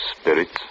spirits